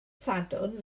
sadwrn